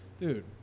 dude